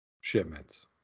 shipments